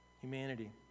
humanity